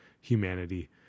humanity